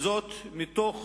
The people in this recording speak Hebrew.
וזאת מתוך